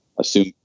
Assume